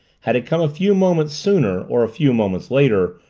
had it come a few moments sooner or a few moments later,